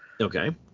Okay